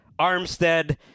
Armstead